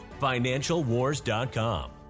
financialwars.com